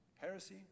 heresy